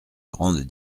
grande